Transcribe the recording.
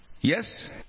Yes